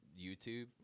YouTube